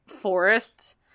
forests